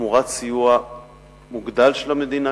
תמורת סיוע מוגדל של המדינה,